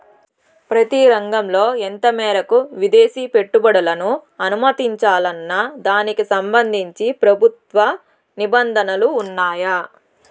ప్రతి రంగంలో ఎంత మేరకు విదేశీ పెట్టుబడులను అనుమతించాలన్న దానికి సంబంధించి ప్రభుత్వ నిబంధనలు ఉన్నాయా?